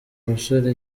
musore